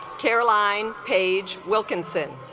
caroline page wilkinson